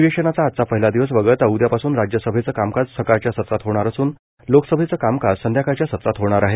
अधिवेशनाचा आजचा पहिला दिवस वगळता उद्यापासून राज्यसभेचं कामकाज सकाळच्या संत्रात होणार असून लोकसभेचं कामकाज संध्याकाळच्या सत्रात होणार आहे